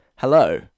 Hello